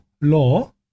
law